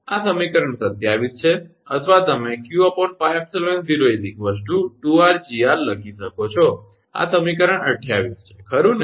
આ સમીકરણ 27 છે અથવા તમે 𝑞𝜋𝜖𝑜 2𝑟𝐺𝑟 લખી શકો છો આ સમીકરણ 28 છે ખરું ને